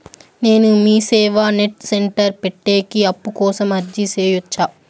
నేను MeeSeva net centre పెట్టేకి అప్పు కోసం అర్జీ సేయొచ్చా?